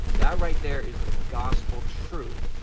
that right there is the gospel truth.